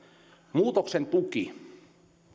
muutoksen tuki